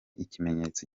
ikimenyetso